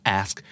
ask